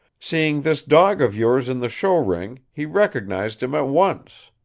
seeing this dog of yours in the show ring, he recognized him at once.